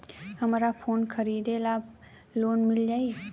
हमरा फोन खरीदे ला लोन मिल जायी?